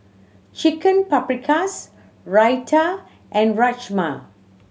Chicken Paprikas Raita and Rajma